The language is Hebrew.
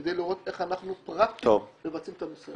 כדי לראות איך אנחנו פרקטית מבצעים את המשימה.